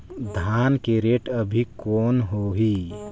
धान के रेट अभी कौन होही?